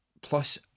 plus